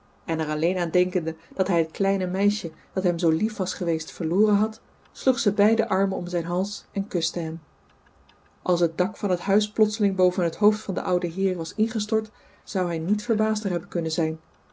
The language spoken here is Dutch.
en er alleen aan denkende dat hij het kleine meisje dat hem zoo lief was geweest verloren had sloeg ze beide armen om zijn hals en kuste hem als het dak van het huis plotseling boven het hoofd van den ouden heer was ingestort zou hij niet verbaasder hebben kunnen zijn